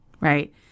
right